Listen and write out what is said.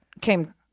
came